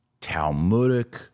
Talmudic